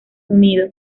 unido